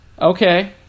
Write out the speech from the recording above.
Okay